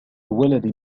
ولد